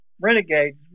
Renegades